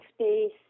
space